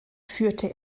führte